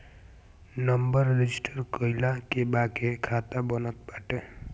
number register कईला के बाके खाता बनत बाटे